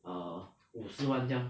err 五十万将